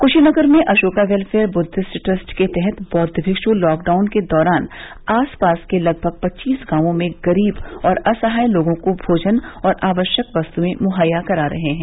कुशीनगर में Ashoka welfare Buddhist trust के तहत बौद्व भिक्षु लॉकडाउन के दौरान आस पास के लगभग पच्चीस गाँवों में गरीब और असहाय लोगों को भोजन और आवश्यक वस्तुएं मुहैया करा रहे हैं